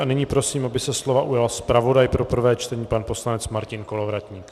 Nyní prosím, aby se slova ujal zpravodaj pro prvé čtení pan poslanec Martin Kolovratník.